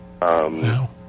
No